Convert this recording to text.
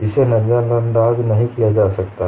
इसे नजरअंदाज नहीं किया जा सकता है